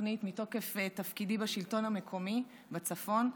התוכנית מתוקף תפקידי בשלטון המקומי בצפון,